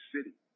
City